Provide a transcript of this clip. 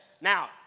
now